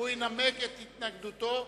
והוא ינמק את התנגדותו.